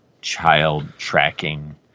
child-tracking